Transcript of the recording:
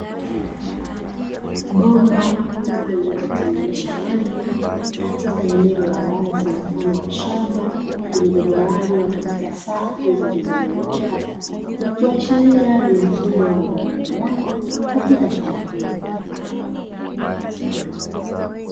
Bomba kubwa linalotiririsha maji katika eneo la wazi mfano wa shamba lililogawanywa katika safu zilizonyooka, ikiashiria ni mfumo wa umwagiliaji katika shamba hilo.